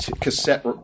cassette